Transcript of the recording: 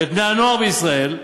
ואת בני-הנוער בישראל,